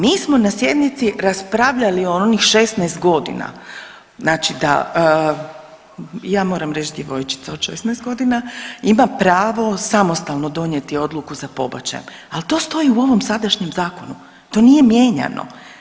Mi smo na sjednici raspravljali o onih 16 godina, znači da ja moram reći djevojčica od 16 godina, ima pravo samostalno donijeti odluku za pobačajem, ali to stoji u ovom sadašnjem zakonu, to nije mijenjano.